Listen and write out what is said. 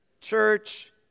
church